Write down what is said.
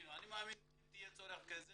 אם יהיה צורך כזה